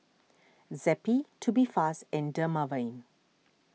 Zappy Tubifast and Dermaveen